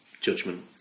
judgment